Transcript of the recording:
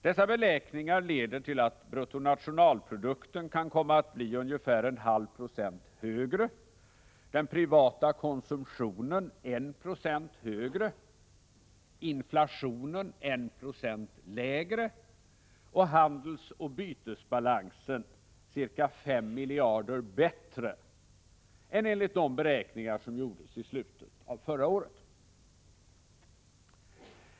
Dessa beräkningar leder till att bruttonationalprodukten kan komma att bli ungefär 1/2 26 högre, den privata konsumtio nen 1 96 högre, inflationen 1 26 lägre och handelsoch bytesbalansen ca 5 miljarder bättre än enligt de beräkningar som gjordes i slutet av förra året.